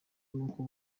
n’uko